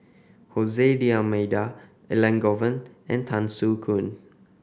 Hose D'Almeida Elangovan and Tan Soo Khoon